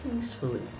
peacefully